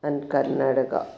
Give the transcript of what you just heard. and Karnataka